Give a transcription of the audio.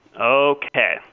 Okay